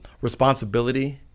responsibility